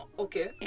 Okay